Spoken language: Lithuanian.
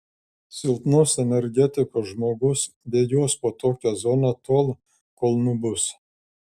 silpnos energetikos žmogus bėgios po tokią zoną tol kol nubus